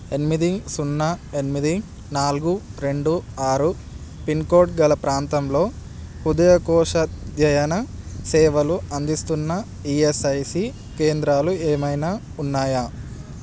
ఎనిమిది సున్నా ఎనిమిది నాలుగు రెండు ఆరు పిన్కోడ్ గల ప్రాంతంలో హృదయకోశాధ్యయన సేవలు అందిస్తున్న ఈఎస్ఐసి కేంద్రాలు ఏమైనా ఉన్నాయా